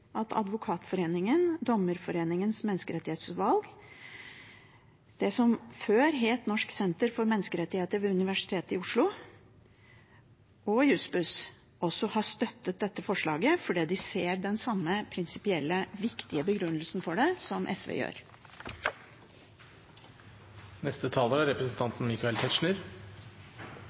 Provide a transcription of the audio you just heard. at Advokatforeningen, Dommerforeningens menneskerettighetsutvalg, det som før het Norsk senter for menneskerettigheter, ved Universitetet i Oslo, og Jussbuss også har støttet dette forslaget, fordi de ser den samme prinsipielle, viktige begrunnelsen for det som SV gjør. Det er